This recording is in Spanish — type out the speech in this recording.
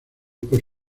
por